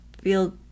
feel